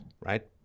right